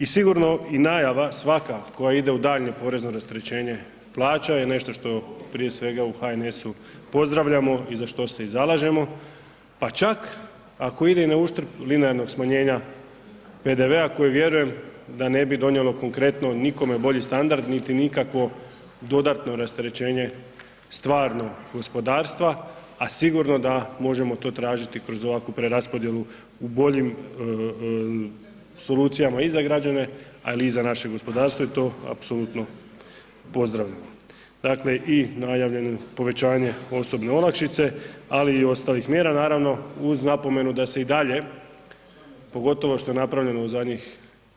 I sigurno i najava svaka koja ide u daljnje porezno rasterećenje plaća je nešto što prije svega u HNS-u pozdravljamo i za što se i zalažemo pa čak i ako ide na uštrb linearnog smanjenja PDV-a koje vjerujem da ne bi donijelo konkretno nikome bolji standard niti nikakvo dodatno rasterećenje stvarno gospodarstva, a sigurno da možemo to tražiti kroz ovakvu preraspodjelu u boljem solucijama i za građane, ali i za naše gospodarstvo i to apsolutno pozdravljamo, dakle i najavljeno povećanje osobne olakšice, ali i ostalih mjera naravno uz napomenu da se i dalje pogotovo što je napravljeno